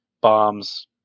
bombs